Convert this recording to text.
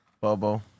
Bobo